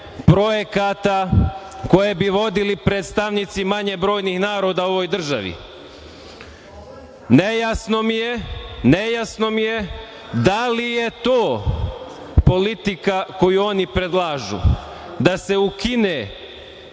projekata koje bi vodili predstavnici manje brojnih naroda u ovoj državi. Nejasno mi je da li je to politika koju oni predlažu, da se ukine